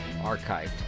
archived